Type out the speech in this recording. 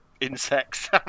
insects